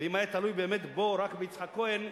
ואם היה תלוי באמת בו, רק ביצחק כהן,